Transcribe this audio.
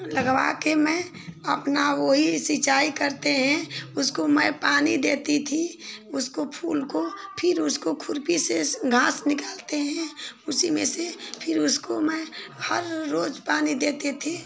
लगवा कर मैं अपना वही सिंचाई करते हैं उसको मैं पानी देती थी उसको फूल को फिर उसको खुरपी से घास निकालते हैं उसी में से फिर उसको मैं हर रोज पानी देती थी